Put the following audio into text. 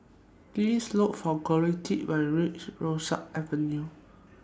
Please Look For Collette when YOU REACH Rosyth Avenue